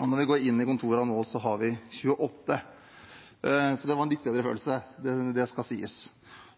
Når vi går inn i kontorene nå, har vi 28. Så det er en litt bedre følelse, det skal sies.